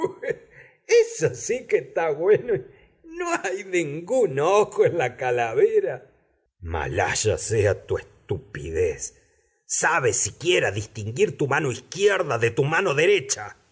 eso sí que etá güeno no hay dengún ojo en la calavera malhaya sea tu estupidez sabes siquiera distinguir tu mano izquierda de tu mano derecha